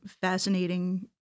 fascinating